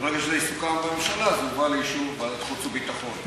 וברגע שזה יסוכם בממשלה זה יובא לוועדת החוץ והביטחון.